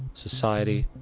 society,